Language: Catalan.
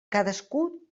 cadascú